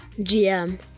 gm